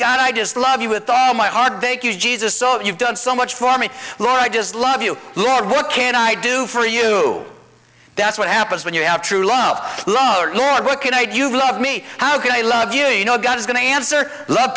god i just love you with all my heart thank you jesus so you've done so much for me lord i just love you lord what can i do for you that's what happens when you have true love love her lord what can i do you love me how can i love you you know god is going to answer love